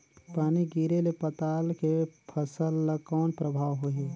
पानी गिरे ले पताल के फसल ल कौन प्रभाव होही?